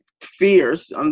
fierce